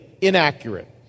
inaccurate